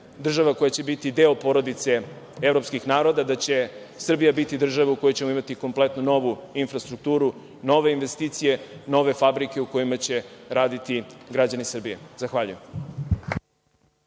država koja će biti deo porodice evropskih naroda, da će Srbija biti država u kojoj ćemo imati kompletnu novu infrastrukturu, nove investicije, nove fabrike u kojima će raditi građani Srbije. Zahvaljujem.